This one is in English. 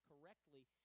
correctly